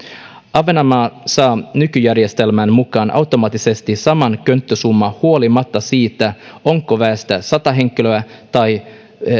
ahvenanmaa saa nykyjärjestelmän mukaan automaattisesti saman könttäsumman huolimatta siitä onko väestö sata henkilöä vai